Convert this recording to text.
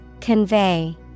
Convey